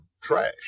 trash